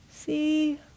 See